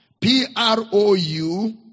P-R-O-U